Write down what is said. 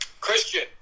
Christian